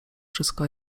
wszystko